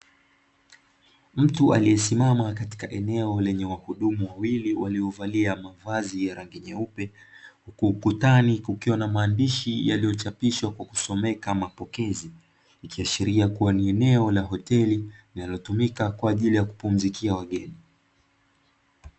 Mtu aliyesimama katika eneo lenye wahudumu wawili, waliovalia mavazi ya rangi nyeupe, huku ukutani kukiwa na maandishi yaliyochapishwa kwa kusomeka "Mapokezi", ikiashiria kuwa ni eneo la hoteli linalotumika kwa ajili ya kupumzikia wageni.